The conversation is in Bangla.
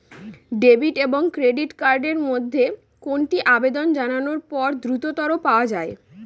ডেবিট এবং ক্রেডিট কার্ড এর মধ্যে কোনটি আবেদন জানানোর পর দ্রুততর পাওয়া য়ায়?